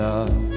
Love